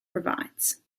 provides